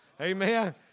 Amen